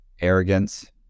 Arrogance